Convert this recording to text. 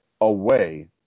away